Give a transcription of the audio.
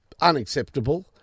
unacceptable